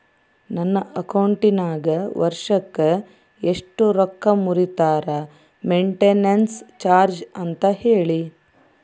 ನನ್ನ ಅಕೌಂಟಿನಾಗ ವರ್ಷಕ್ಕ ಎಷ್ಟು ರೊಕ್ಕ ಮುರಿತಾರ ಮೆಂಟೇನೆನ್ಸ್ ಚಾರ್ಜ್ ಅಂತ ಹೇಳಿ?